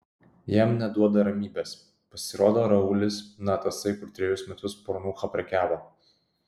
jam neduoda ramybės pasirodo raulis na tasai kur trejus metus pornucha prekiavo